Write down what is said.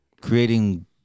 Creating